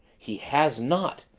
he has not!